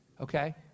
Okay